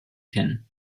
kennen